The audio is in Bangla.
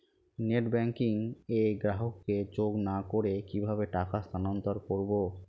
নেট ব্যাংকিং এ গ্রাহককে যোগ না করে কিভাবে টাকা স্থানান্তর করব?